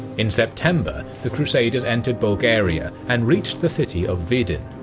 in september, the crusaders entered bulgaria and reached the city of vidin.